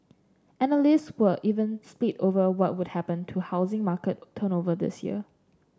analysts were even split over what would happen to housing market turnover this year